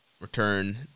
return